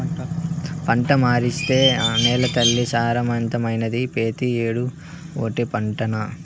పంట మార్సేత్తే నేలతల్లి సారవంతమైతాది, పెతీ ఏడూ ఓటే పంటనా